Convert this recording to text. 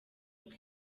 uko